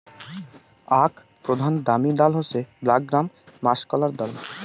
আক প্রধান দামি ডাল হসে ব্ল্যাক গ্রাম বা মাষকলাইর ডাল